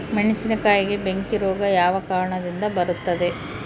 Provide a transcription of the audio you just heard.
ಮೆಣಸಿನಕಾಯಿಗೆ ಬೆಂಕಿ ರೋಗ ಯಾವ ಕಾರಣದಿಂದ ಬರುತ್ತದೆ?